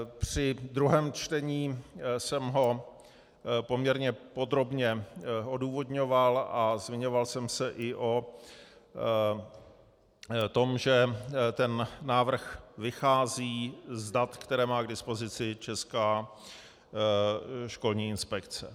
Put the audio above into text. Při druhém čtení jsem ho poměrně podrobně odůvodňoval a zmiňoval jsem se i o tom, že ten návrh vychází z dat, které má k dispozici Česká školní inspekce.